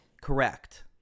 Correct